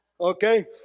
Okay